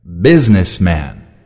Businessman